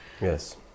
Yes